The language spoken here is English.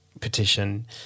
petition